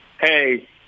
Hey